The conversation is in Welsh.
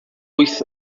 wyth